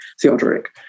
Theodoric